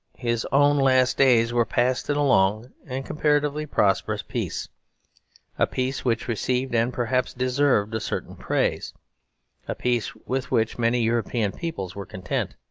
his own last days were passed in a long and comparatively prosperous peace a peace which received and perhaps deserved a certain praise a peace with which many european peoples were content.